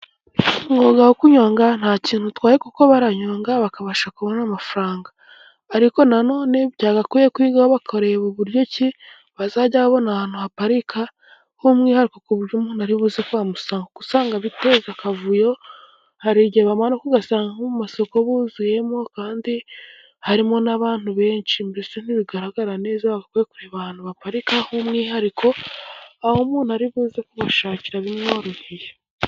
Umwuga wo kunyonga nta kintu utwaye kuko baranyoga bakabasha kubona amafaranga. Ariko nanone byagakwiye kwigwaho bakareba buryo ki bazajya babona ahantu haparika h'umwihariko ku buryo baribuze kwasanga usanga biteza akavuyo . Hari igihe bamara ugasanga mu masoko buzuyemo kandi harimo n'abantu benshi mbese ntibigaragara neza , bakwiye kureba abantu baparikah'umwihariko aho umuntu aribuze kubashakira bimworoheye.